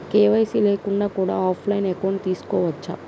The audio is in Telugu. కే.వై.సీ లేకుండా కూడా ఆఫ్ లైన్ అకౌంట్ తీసుకోవచ్చా?